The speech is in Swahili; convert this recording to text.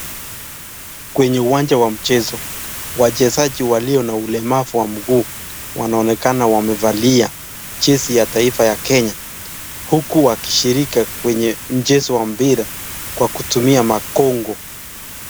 Kwenye uwanja wa mchezo, wachezaji walio na ulemavu wa mguu wanaonekana wamevalia jezi ya taifa ya kenya, huku wakishiriki kwenye mchezo wa mpira kwa kutumia makongo.